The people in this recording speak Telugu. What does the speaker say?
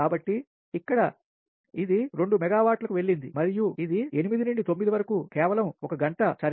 కాబట్టి ఇక్కడ ఇది 2 మెగావాట్లకు వెళ్లింది మరియు ఇది 8 నుండి 9 వరకు కేవలం 1 గంట సరే